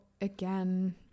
again